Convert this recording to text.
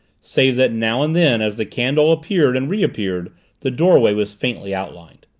save that now and then as the candle appeared and reappeared the doorway was faintly outlined.